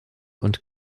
und